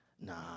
Nah